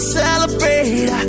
celebrate